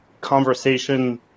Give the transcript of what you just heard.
conversation